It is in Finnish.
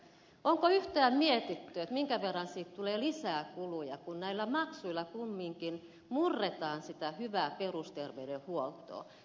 onko yhtään mietitty minkä verran siitä tulee lisää kuluja kun näillä maksuilla kumminkin murretaan sitä hyvää perusterveydenhuoltoa